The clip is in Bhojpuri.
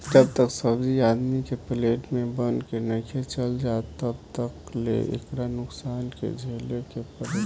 जब तक सब्जी आदमी के प्लेट में बन के नइखे चल जात तब तक ले एकरा नुकसान के झेले के पड़ेला